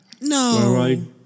No